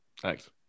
thanks